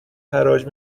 حراج